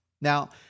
Now